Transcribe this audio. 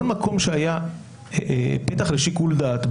כל מקום שהיה פתח לשיקול דעת,